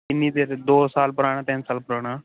ਕਿੰਨੀ ਦੇਰ ਦੋ ਸਾਲ ਪੁਰਾਣਾ ਤਿੰਨ ਸਾਲ ਪੁਰਾਣਾ